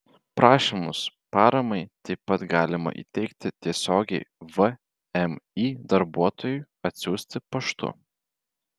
prašymus paramai taip pat galima įteikti tiesiogiai vmi darbuotojui atsiųsti paštu